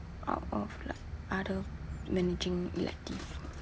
out of like other managing elective